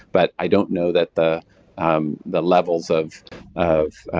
but i don't know that the um the levels of of